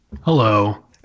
Hello